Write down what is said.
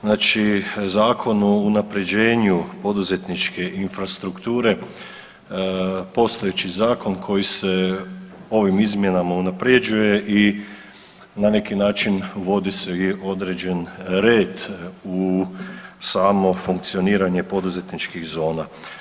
Znači Zakon o unaprjeđenju poduzetničke infrastrukture, postojeći zakon koji se ovim izmjenama unaprjeđuje i na neki način uvodi se i određen red u samo funkcioniranje poduzetničkih zona.